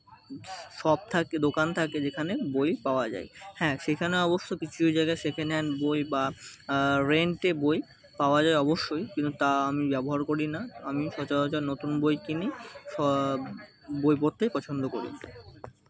shop থাকে দোকান থাকে যেখানে বই পাওয়া যায় হ্যাঁ সেখানে অবশ্য কিছু কিছু জায়গায় সেকেন্ড হ্যান্ড বই বা রেন্টে বই পাওয়া যায় অবশ্যই কিন্তু তা আমি ব্যবহার করি না আমি সচরাচর নতুন বই কিনি সব বই পড়তে পছন্দ করি